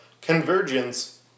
Convergence